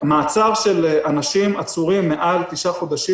המעצר של אנשים העצורים מעל תשעה חודשים